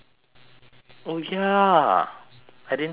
oh ya I didn't think of that